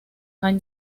han